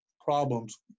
problems